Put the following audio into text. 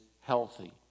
healthy